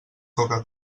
coca